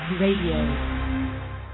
Radio